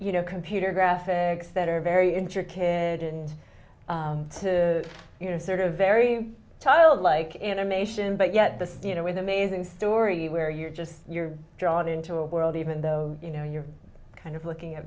you know computer graphics that are very intricate and you know sort of very childlike animation but yet the studio with amazing story where you're just you're drawn into a world even though you know you're kind of looking at